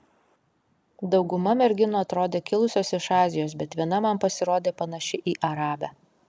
dauguma merginų atrodė kilusios iš azijos bet viena man pasirodė panaši į arabę